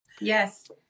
Yes